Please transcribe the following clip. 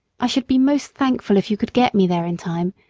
i should be most thankful if you could get me there in time,